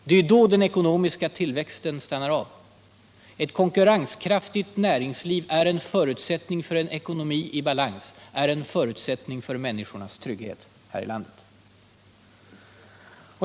Det är då den ekonomiska tillväxten stannar av. Ett konkurrenskraftigt näringsliv är en förutsättning för en ekonomi i balans, en förutsättning för att ge människorna trygghet här i landet.